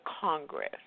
Congress